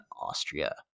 Austria